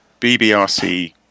BBRC